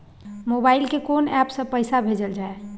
Mobile के कोन app से पैसा भेजल जाए?